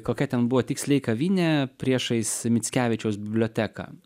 kokia ten buvo tiksliai kavinė priešais mickevičiaus biblioteką